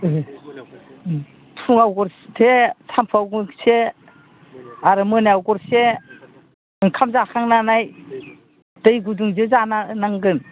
ओह उम फुङाव गरसे सामफुआव गरसे आरो मोनायाव गरसे ओंखाम जाखांनानै दै गुदुंजों जाना नांगोन